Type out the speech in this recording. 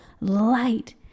light